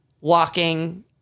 walking